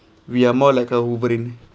we are more like a wolverine